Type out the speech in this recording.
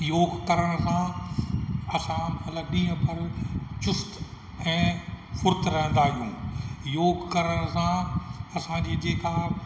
योगु करण सां असां मतिलबु ॾींहं भर चुस्त ऐं फुर्तु रहंदा आहियूं योगु करण सां असां जे जेका